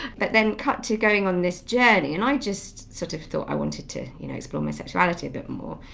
but then cut to going on this journey and i just sort of thought i wanted to you know explore my sexuality a bit more,